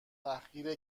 تحقیر